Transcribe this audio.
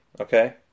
okay